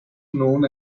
known